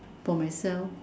for myself